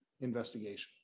investigation